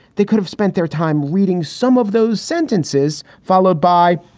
they could have spent their time reading some of those sentences, followed by.